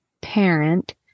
parent